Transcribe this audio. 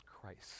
christ